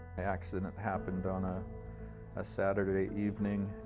accident happened on a ah saturday evening.